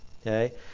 Okay